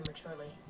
prematurely